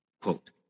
Quote